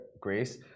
grace